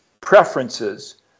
preferences